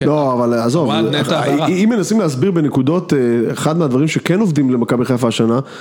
לא, אבל עזוב, אם מנסים להסביר בנקודות אחד מהדברים שכן עובדים למכבי חיפה השנה